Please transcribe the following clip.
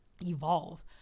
evolve